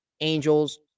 Angels